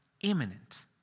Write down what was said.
imminent